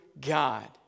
God